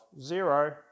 zero